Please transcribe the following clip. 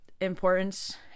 importance